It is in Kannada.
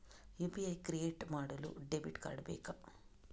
ಯು.ಪಿ.ಐ ಕ್ರಿಯೇಟ್ ಮಾಡಲು ಡೆಬಿಟ್ ಕಾರ್ಡ್ ಬೇಕಾ?